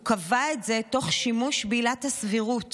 הוא קבע את זה תוך שימוש בעילת הסבירות,